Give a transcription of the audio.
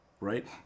Right